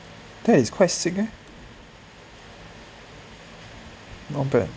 that is quite sick eh not bad